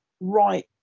right